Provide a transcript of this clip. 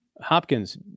Hopkins